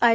I